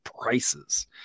prices